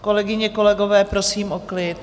Kolegyně, kolegové, prosím o klid.